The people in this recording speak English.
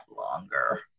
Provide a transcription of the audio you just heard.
longer